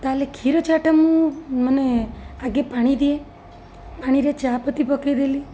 ତା'ହେଲେ କ୍ଷୀର ଚା'ଟା ମୁଁ ମାନେ ଆଗେ ପାଣି ଦିଏ ପାଣିରେ ଚା'ପତି ପକାଇଦେଲି